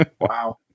Wow